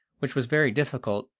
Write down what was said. which was very difficult,